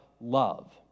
love